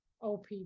Op